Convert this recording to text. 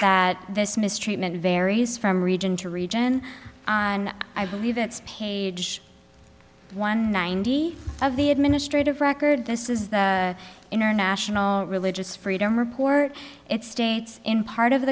that this mistreatment varies from region to region and i believe it's page one ninety of the administrative record this is the international religious freedom report it states in part of